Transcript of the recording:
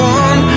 one